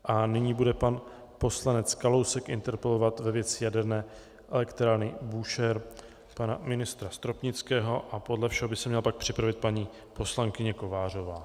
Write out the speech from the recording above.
A nyní bude pan poslanec Kalousek interpelovat ve věci jaderné elektrárny Búšehr pana ministra Stropnického a podle všeho by se pak měla připravit paní poslankyně Kovářová.